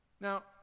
Now